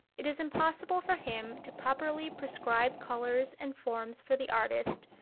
it is impossible for him to properly prescribe colors and forms for the artist,